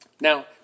Now